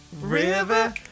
river